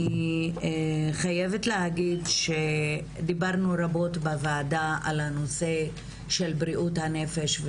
אני חייבת להגיד שדיברנו רבות בוועדה על הנושא של בריאות הנפש,